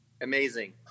Amazing